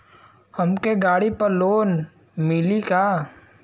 हमके गाड़ी पर लोन मिली का?